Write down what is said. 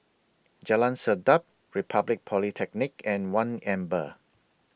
Jalan Sedap Republic Polytechnic and one Amber